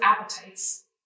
appetites